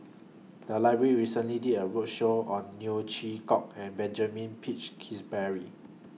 The Library recently did A roadshow on Neo Chwee Kok and Benjamin Peach Keasberry